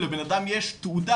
אם לבנאדם יש תעודה,